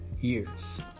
years